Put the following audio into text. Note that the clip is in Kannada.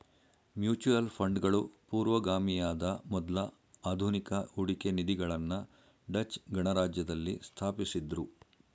ಮ್ಯೂಚುಯಲ್ ಫಂಡ್ಗಳು ಪೂರ್ವಗಾಮಿಯಾದ ಮೊದ್ಲ ಆಧುನಿಕ ಹೂಡಿಕೆ ನಿಧಿಗಳನ್ನ ಡಚ್ ಗಣರಾಜ್ಯದಲ್ಲಿ ಸ್ಥಾಪಿಸಿದ್ದ್ರು